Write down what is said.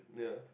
yeah